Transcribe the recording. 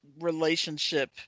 relationship